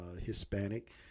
Hispanic